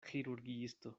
ĥirurgiisto